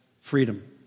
freedom